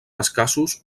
escassos